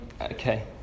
Okay